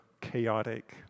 chaotic